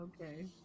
okay